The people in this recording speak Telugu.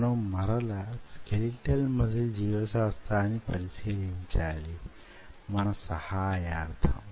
మనం మరల స్కెలిటల్ మజిల్ జీవ శాస్త్రాన్ని పరిశీలించాలి మన సహాయార్థం